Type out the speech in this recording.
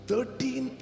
Thirteen